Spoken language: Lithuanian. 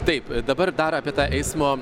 taip dabar dar apie tą eismo